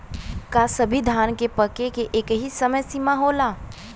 का सभी धान के पके के एकही समय सीमा होला?